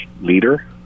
leader